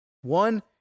One